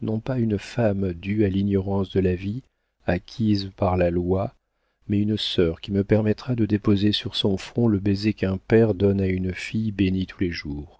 non pas une femme due à l'ignorance de la vie acquise par la loi mais une sœur qui me permettra de déposer sur son front le baiser qu'un père donne à une fille bénie tous les jours